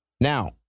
Now